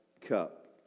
cup